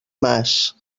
mas